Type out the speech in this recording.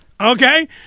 Okay